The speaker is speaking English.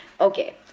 okay